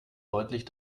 deutlich